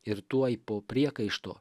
ir tuoj po priekaišto